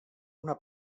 una